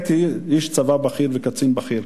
הייתי איש צבא בכיר וקצין בכיר,